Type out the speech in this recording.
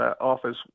office